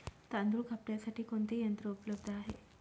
तांदूळ कापण्यासाठी कोणते यंत्र उपलब्ध आहे?